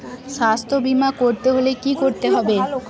স্বাস্থ্যবীমা করতে হলে কি করতে হবে?